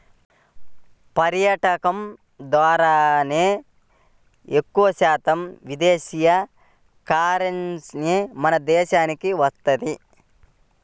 పర్యాటకం ద్వారానే ఎక్కువశాతం విదేశీ కరెన్సీ మన దేశానికి వత్తది